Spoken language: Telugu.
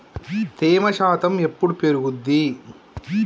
తేమ శాతం ఎప్పుడు పెరుగుద్ది?